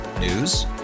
News